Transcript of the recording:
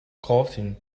coughing